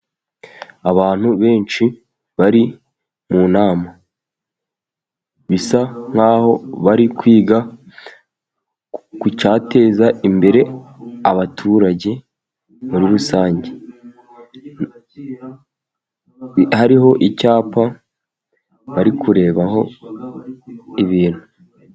Abantu benshi bari mu nama bisa nk'aho bari kwiga ku cyateza imbere abaturage muri rusange, hariho icyapa bari kurebaho ibintu.